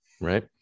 Right